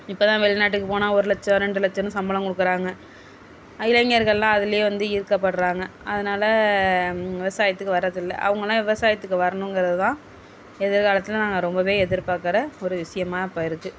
இப்போலாம் வெளிநாட்டுக்கு போனால் ஒரு லட்சம் ரெண்டு லட்சம்னு சம்பளம் கொடுக்குறாங்க இளைஞர்கள்லாம் அதிலே வந்து ஈர்க்க படுறாங்க அதனால விவசாயத்துக்கு வரது இல்லை அவங்களாக விவசாயத்துக்கு வரணும்கிறதுதான் எதிர்காலத்தில் நாங்கள் ரொம்ப எதிர்பாக்கிற ஒரு விஷயமா இப்போ இருக்கு